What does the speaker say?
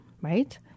right